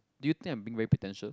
do you think I'm being very pretentious